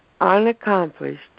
unaccomplished